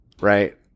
right